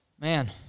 man